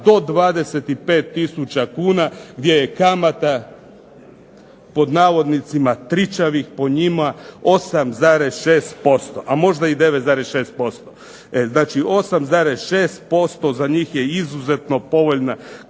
do 25 tisuća kuna gdje je kamata "tričavih" po njima 8,6%, a možda i 9,6%, znači za njih je izuzetno povoljna kamata.